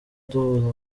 duhuza